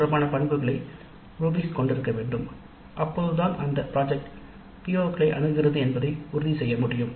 தொடர்பான பண்புகளை ரூபிக்ஸ் கொண்டிருக்க வேண்டும் அப்போதுதான் அந்த ப்ராஜெக்ட் PO களை அணுகுகிறது என்பதை உறுதி செய்ய முடியும்